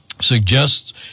suggests